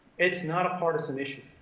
it's not a partisan issue.